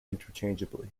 interchangeably